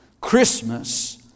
Christmas